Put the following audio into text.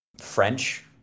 French